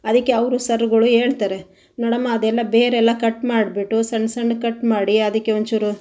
ಅದಕ್ಕೆ ಅವರು ಸರ್ಗಳು ಹೇಳ್ತಾರೆ ನೋಡಮ್ಮ ಅದೆಲ್ಲ ಬೇರೆಲ್ಲ ಕಟ್ ಮಾಡಿಬಿಟ್ಟು ಸಣ್ಣ ಸಣ್ಣ ಕಟ್ ಮಾಡಿ ಅದಕ್ಕೆ ಒಂಚೂರು